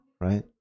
right